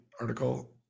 article